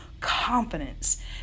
confidence